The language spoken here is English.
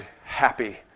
happy